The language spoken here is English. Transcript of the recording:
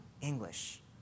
English